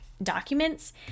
documents